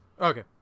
Okay